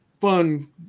fun